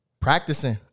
practicing